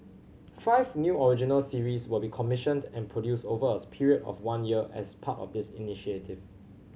five new original series will be commissioned and produced over a period of one year as part of this initiative